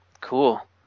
Cool